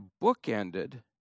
bookended